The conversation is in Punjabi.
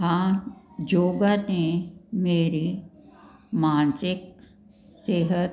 ਹਾਂ ਯੋਗਾ ਨੇ ਮੇਰੀ ਮਾਨਸਿਕ ਸਿਹਤ